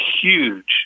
huge